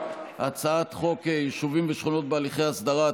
הצעת חוק יישובים ושכונות בהליכי הסדרה,